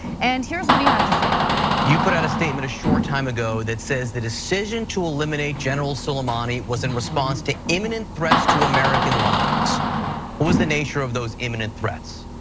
and here's what he had to say about it. you put out a statement a short time ago that says, the decision to eliminate general soleimani was in response to imminent threats to american lives. what was the nature of those imminent threats?